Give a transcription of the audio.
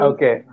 Okay